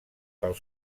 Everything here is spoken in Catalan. pels